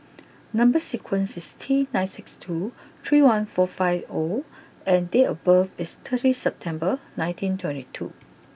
number sequence is T nine six two three one four five O and date of birth is thirty September nineteen twenty two